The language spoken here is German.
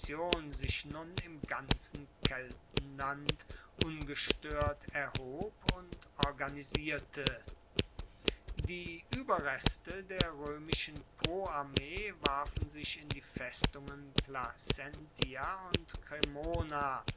sich nun im ganzen kettenland ungestoert erhob und organisierte die ueberreste der roemische poarmee warfen sich in die festungen placentia und